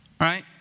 right